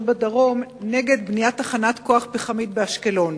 בדרום נגד בניית תחנת כוח פחמית באשקלון,